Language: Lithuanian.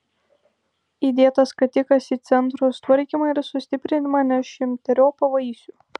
įdėtas skatikas į centro sutvarkymą ir sustiprinimą neš šimteriopą vaisių